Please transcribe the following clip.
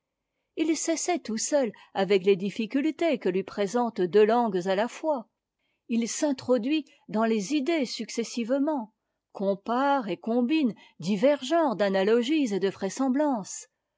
il s'essaye tout seul r avec les difficultés que lui présentent deux langues e à la fois il s'introduit dans les idées successives ment compare et combine divers genres d'analoe gies et de vraisemblances